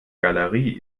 galerie